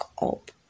up